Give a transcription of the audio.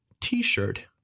t-shirt